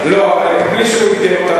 דרך אחת היא הדרך להסדר.